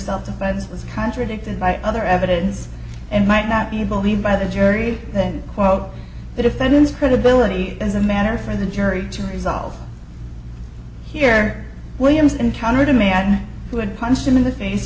self defense is contradicted by other evidence and might not be by the jury that quote the defendant's credibility as a matter for the jury to resolve here williams encountered a man who had punched him in the face